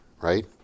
right